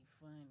funny